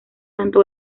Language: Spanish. tanto